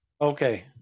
Okay